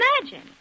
Imagine